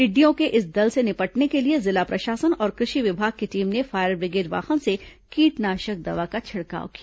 टिड्डियों के इस दल से निपटने के लिए जिला प्रशासन और कृषि विभाग की टीम ने फायर बिग्रेड वाहन से कीटनाशक दवा का छिड़काव किया